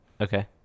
Okay